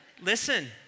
Listen